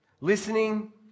Listening